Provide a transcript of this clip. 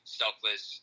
selfless